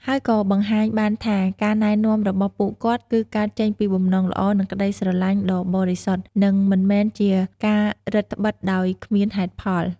ហើយក៏បង្ហាញបានថាការណែនាំរបស់ពួកគាត់ គឺកើតចេញពីបំណងល្អ និងក្តីស្រឡាញ់ដ៏បរិសុទ្ធ និងមិនមែនជាការរឹតត្បិតដោយគ្មានហេតុផល។